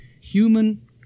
human